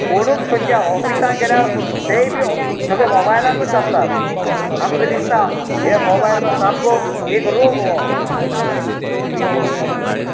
कोणूच खंयच्या ऑफिसांत गेल्या तेय बी सगळें मोबायलाकूच आसता आमकां दिसता हे मोबायल म्हळ्यार सामको एक रोग हो